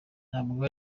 ntabwo